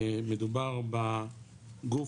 מדובר בגוף,